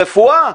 ברפואה?